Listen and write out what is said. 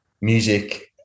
music